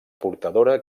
portadora